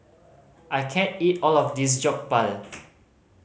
I can't eat all of this Jokbal